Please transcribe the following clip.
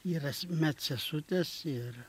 yra med sesutės ir